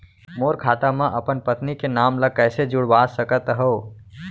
मोर खाता म अपन पत्नी के नाम ल कैसे जुड़वा सकत हो?